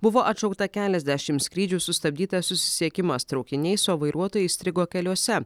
buvo atšaukta keliasdešimt skrydžių sustabdytas susisiekimas traukiniais o vairuotojai įstrigo keliuose